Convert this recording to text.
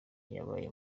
yabaye